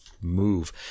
move